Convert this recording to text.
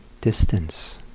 distance